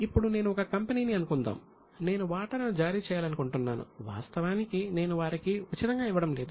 ఇప్పుడు నేను ఒక కంపెనీని అనుకుందాం నేను వాటాలను జారీ చేయాలనుకుంటున్నాను వాస్తవానికి నేను వారికి ఉచితంగా ఇవ్వడం లేదు